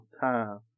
time